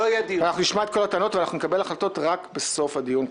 אנחנו נשמע את כל הטענות ונקבל החלטות רק בסוף הדיון,